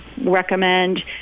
recommend